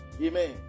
amen